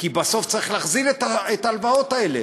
כי בסוף צריך להחזיר את ההלוואות האלה.